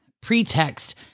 pretext